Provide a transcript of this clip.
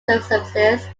services